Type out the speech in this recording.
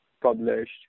published